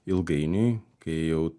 ilgainiui kai jau